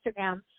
Instagram